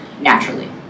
naturally